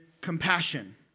compassion